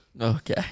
Okay